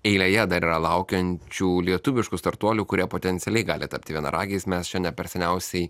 eilėje dar yra laukiančių lietuviškų startuolių kurie potencialiai gali tapti vienaragiais mes čia ne per seniausiai